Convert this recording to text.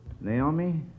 Naomi